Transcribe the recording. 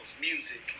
music